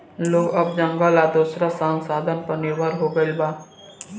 लोग अब जंगल आ दोसर संसाधन पर निर्भर हो गईल बा